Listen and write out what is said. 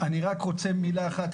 אני רק רוצה מילה אחת,